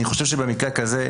אני חושב שבמקרה כזה,